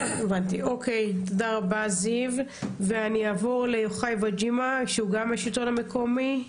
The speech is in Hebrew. יוחאי וג'ימה, מרכז השלטון המקומי,